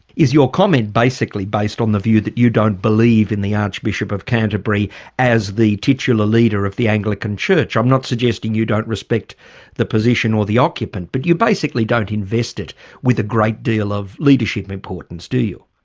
is your comment basically based on the view that you don't believe in the archbishop of canterbury as the titular leader of the anglican church? i'm not suggesting you don't respect the position or the occupant, but you basically don't invest it with a great deal of leadership importance do you?